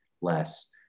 less